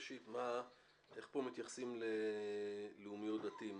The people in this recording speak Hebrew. ראשית, איך מתייחסים פה ללאומי או דתי?